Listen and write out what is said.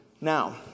Now